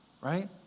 right